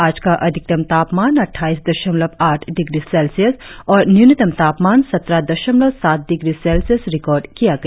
आज का अधिकतम तापमान अट्ठाईस दशमलव आठ डिग्री सेल्सियस और न्यूनतम तापमान सत्रह दशमलव सात डिग्री सेल्सियस रिकार्ड किया गया